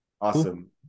awesome